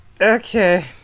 Okay